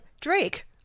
Drake